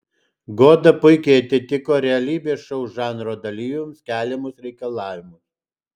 goda puikiai atitiko realybės šou žanro dalyviams keliamus reikalavimus